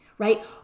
right